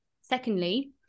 Secondly